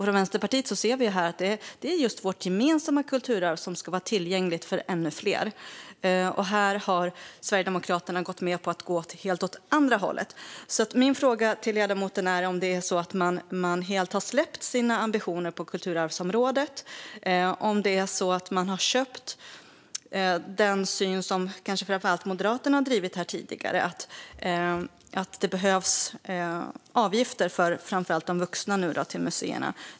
Från Vänsterpartiet ser vi att det är just vårt gemensamma kulturarv som ska vara tillgängligt för ännu fler, men här har Sverigedemokraterna gått med på att gå åt ett helt annat håll. Min fråga till ledamoten är om man helt har släppt sina ambitioner på kulturarvsområdet och köpt den syn som kanske framför allt Moderaterna har drivit här tidigare, nämligen att det behövs avgifter framför allt för de vuxna till museerna.